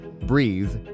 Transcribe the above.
Breathe